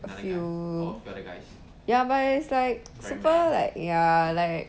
a few ya is like super like ya like